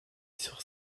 sur